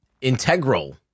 integral